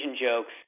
jokes